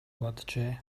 боджээ